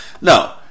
No